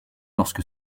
lorsque